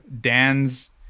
dan's